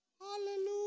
Hallelujah